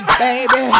baby